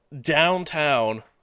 downtown